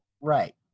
Right